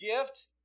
gift